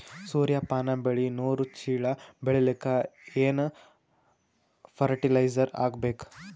ಸೂರ್ಯಪಾನ ಬೆಳಿ ನೂರು ಚೀಳ ಬೆಳೆಲಿಕ ಏನ ಫರಟಿಲೈಜರ ಹಾಕಬೇಕು?